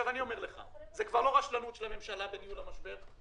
אני אומר לך שזו כבר לו רשלנות של הממשלה בניהול המשבר,